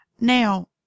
Now